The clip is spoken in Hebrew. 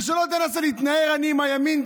ושלא תנסה להתנער: אני עם הימין.